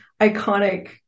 iconic